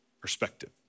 Perspective